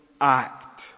act